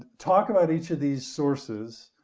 talk about each of these sources,